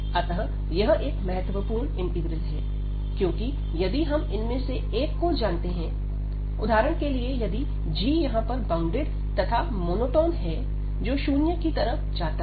अतः यह एक महत्वपूर्ण इंटीग्रल है क्योंकि यदि हम इनमें से एक को जानते हैं उदाहरण के लिए यदि g यहां पर बाउंडेड तथा मोनोटॉन है जो शून्य की तरफ जाता है